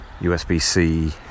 USB-C